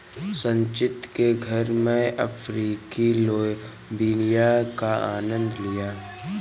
संचित के घर मैने अफ्रीकी लोबिया का आनंद लिया